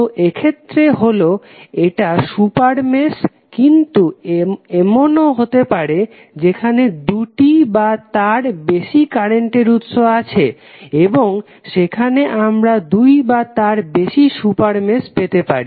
তো এক্ষেত্রে এটা হলো সুপার মেশ কিন্তু এমনও হতেপারে যেখানে দুটি বা তার বেশি কারেন্ট উৎস আছে এবং সেখানে আমরা দুই বা তার বেশি সুপার মেশ পেতে পারি